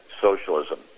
socialism